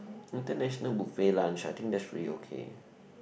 international buffet lunch I think that's really okay